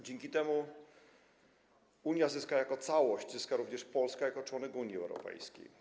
Dzięki temu dokumentowi Unia zyska jako całość, zyska również Polska jako członek Unii Europejskiej.